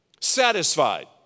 satisfied